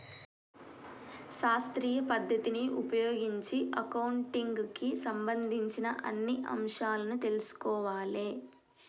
శాస్త్రీయ పద్ధతిని ఉపయోగించి అకౌంటింగ్ కి సంబంధించిన అన్ని అంశాలను తెల్సుకోవాలే